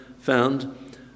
found